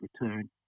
return